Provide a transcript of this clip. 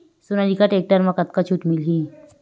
Sonalika tractor म कतका छूट मिलही?